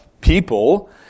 people